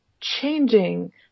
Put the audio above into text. changing